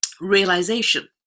realization